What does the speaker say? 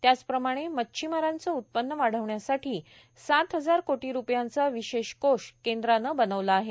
त्याचप्रमाणे मच्छीमारांचं उत्पन्न वाढवण्यासाठी सात हजार कोटी रूपयांचा विशेष कोष केंद्रानं बनवला आहे